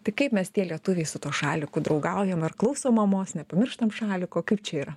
tai kaip mes tie lietuviai su tuo šaliku draugaujam ar klausom mamos nepamirštant šaliko kaip čia yra